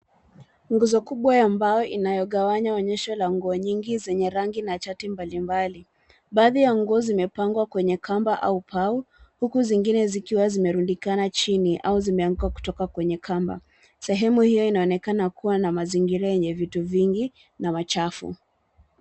Guzo kubwa ya mbao inayogawanya onyesho ya nguo nyingi zenye rangi na chati mbalimbali. Baadhi ya nguo zimepangwa kwenye kamba au pau uku zingine zikiwa zimelundikana chini au zimeanguka kutoka kwenye kamba. Sehemu hio inaonekana kuwa na mazingira yenye vitu vingi na wachafu.